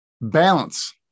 Balance